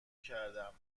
کردماسم